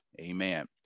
Amen